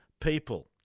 people